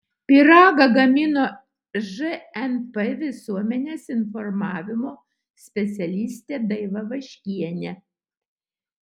pyragą gamino žnp visuomenės informavimo specialistė daiva vaškienė